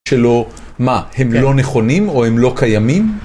שלא, מה, הם לא נכונים או הם לא קיימים?